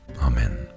Amen